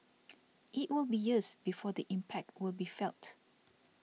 it will be years before the impact will be felt